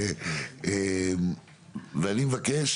אני מבקש